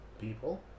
People